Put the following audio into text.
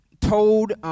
told